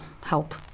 help